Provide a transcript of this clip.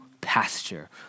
pasture